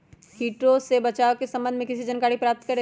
किटो से बचाव के सम्वन्ध में किसी जानकारी प्राप्त करें?